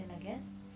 again